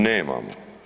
Nemamo.